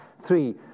Three